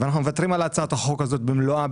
ואנחנו מוותרים על הצעת החוק הזו במלואה,